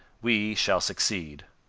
we shall succeed.